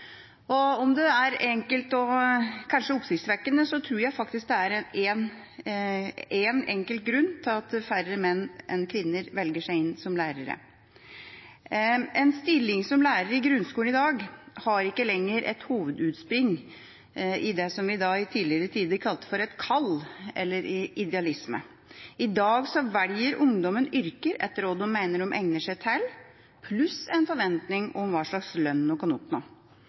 Om det er enkelt og kanskje oppsiktsvekkende, tror jeg faktisk det er én enkelt grunn til at færre menn enn kvinner velger å bli lærere: En stilling som lærer i grunnskolen i dag har ikke lenger sitt hovedutspring i det som vi i tidligere tider kalte et kall eller idealisme. I dag velger ungdommen yrker etter hva de mener de egner seg til, pluss ut ifra en forventning om hva slags lønn en kan oppnå.